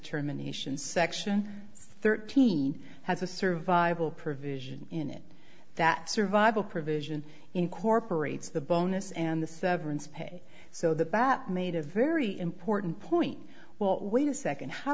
terminations section thirteen has a survival provision in it that survival provision incorporates the bonus and the severance pay so the bat made a very important point well wait a second how